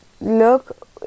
look